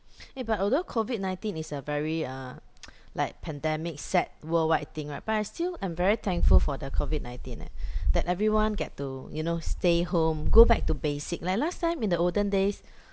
eh but although COVID nineteen is a very uh like pandemic set worldwide thing right but I still am very thankful for the COVID nineteen eh that everyone get to you know stay home go back to basic like last time in the olden days